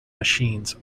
machines